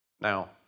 Now